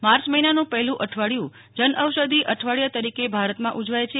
March મહિનાનું પહેલુ અઠવાડીયુ જન ઔષધિ અઠવાડીયા તરીકે ભારતમાં ઉજવાય છે